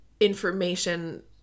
information